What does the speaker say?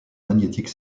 magnétique